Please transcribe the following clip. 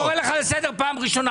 טור פז, אני קורא לך לסדר פעם ראשונה.